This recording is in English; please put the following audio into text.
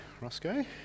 Roscoe